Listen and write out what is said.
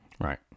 Right